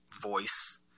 voice